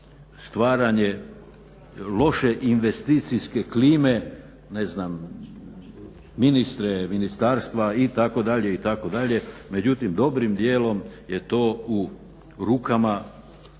stvaranje loše investicijske klime, ne znam, ministre, ministarstva itd.. Međutim, dobrim dijelom je to u rukama